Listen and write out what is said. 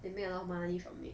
they make a lot of money from it